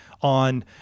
on